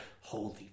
holy